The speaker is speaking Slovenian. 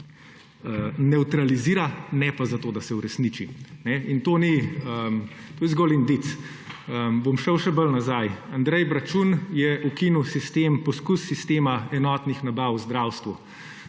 nevtralizira, ne pa zato, da se uresniči. In to je zgolj indic. Bom šel še bolj nazaj. Andrej Bračun je ukinil poskus sistema enotnih nabav v zdravstvu.